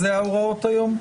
אלה ההוראות היום?